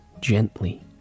gently